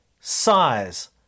size